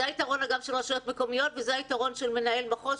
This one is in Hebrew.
אגב זה היתרון של רשויות מקומיות וזה היתרון של מנהל מחוז,